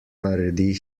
naredi